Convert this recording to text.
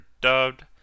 dubbed